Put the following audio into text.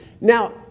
Now